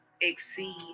exceed